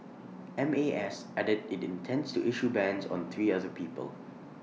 M A S added IT intends to issue bans on three other people